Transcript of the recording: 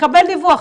נקבל דיווח.